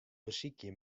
besykje